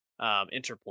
interpol